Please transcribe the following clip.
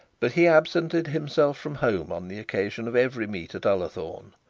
but he absented himself from home on the occasions of every meet at ullathorne,